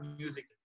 music